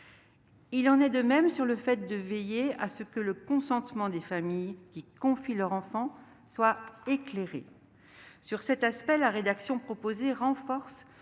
il nous paraît important de veiller à ce que le consentement des familles qui confient leur enfant soit éclairé. Sur cet aspect, la rédaction proposée renforce